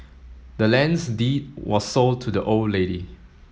the land's deed was sold to the old lady